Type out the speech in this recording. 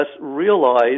realize